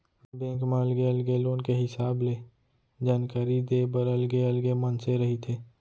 bank म अलगे अलगे लोन के हिसाब ले जानकारी देय बर अलगे अलगे मनसे रहिथे